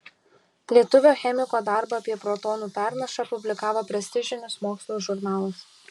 lietuvio chemiko darbą apie protonų pernašą publikavo prestižinis mokslo žurnalas